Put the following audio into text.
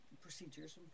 procedures